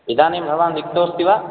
इदानीं भवान् रिक्तोस्ति वा